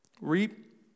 Reap